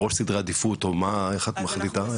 בראש סדרי העדיפות, או מה, איך את מחליטה?